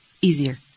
easier